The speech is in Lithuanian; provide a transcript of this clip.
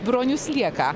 bronių slieką